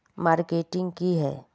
Marketing की है?